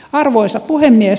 arvoisa puhemies